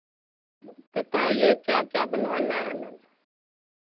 बताइए क्या क्या बनवाना है मैम